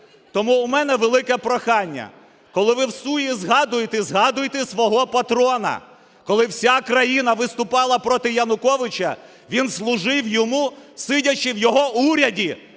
Тому у мене велике прохання: коли ви всує згадуєте, загадуйте свого патрона. Коли вся країна виступала проти Януковича, він служив йому, сидячи в його уряді